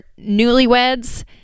newlyweds